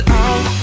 out